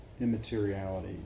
immateriality